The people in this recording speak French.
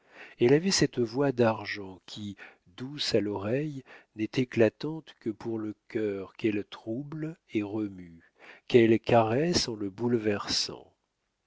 elle avait cette voix d'argent qui douce à l'oreille n'est éclatante que pour le cœur qu'elle trouble et remue qu'elle caresse en le bouleversant